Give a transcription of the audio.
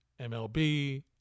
MLB